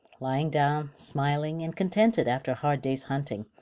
lying down, smiling and contented after a hard day's hunting,